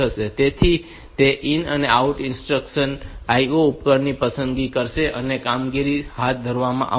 તેથી તે IN OUT instruction IO ઉપકરણોને પસંદ કરશે અને કામગીરી હાથ ધરવામાં આવશે